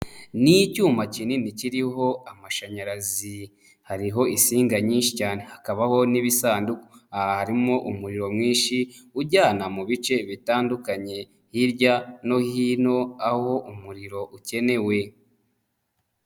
Ni icyuma kinini kiriho amashanyarazi hariho isinga nyinshi cyane, hakabaho n'ibisanduku, harimo umuriro mwinshi ujyana mu bice bitandukanye hirya no hino aho umuriro ukenewe.